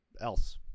else